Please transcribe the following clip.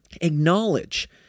Acknowledge